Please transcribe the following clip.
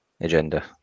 agenda